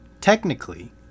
Technically